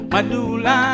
Madula